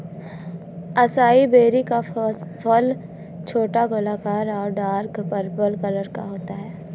acai berry का फल छोटा, गोलाकार और डार्क पर्पल कलर का होता है